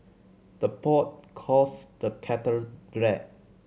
the pot calls the kettle black